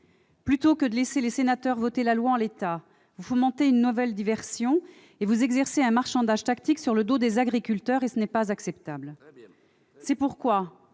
Plutôt que de laisser les sénateurs voter la loi en l'état, vous fomentez une nouvelle diversion et vous exercez un marchandage tactique sur le dos des agriculteurs. Ce n'est pas acceptable ! Très